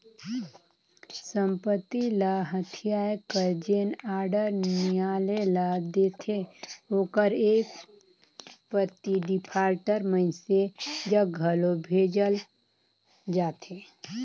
संपत्ति ल हथियाए कर जेन आडर नियालय ल देथे ओकर एक प्रति डिफाल्टर मइनसे जग घलो भेजल जाथे